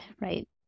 right